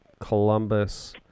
Columbus